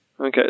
Okay